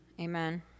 amen